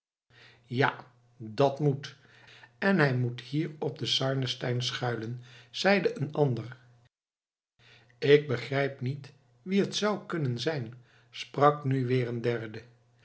ja dat moet en hij moet hier op den sarnenstein schuilen zeide een ander ik begrijp niet wie het zou kunnen zijn sprak nu weer een derde